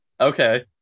Okay